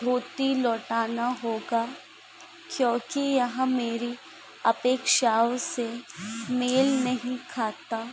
धोती लौटाना होगा क्योकि यहाँ मेरी अपेक्षाओं से मेल नहीं खाता